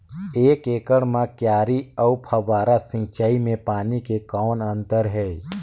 एक एकड़ म क्यारी अउ फव्वारा सिंचाई मे पानी के कौन अंतर हे?